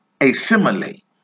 assimilate